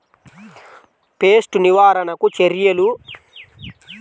Pest నివారణకు చర్యలు?